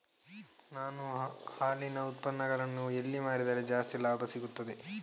ನಾನು ಹಾಲಿನ ಉತ್ಪನ್ನಗಳನ್ನು ಎಲ್ಲಿ ಮಾರಿದರೆ ಜಾಸ್ತಿ ಲಾಭ ಸಿಗುತ್ತದೆ?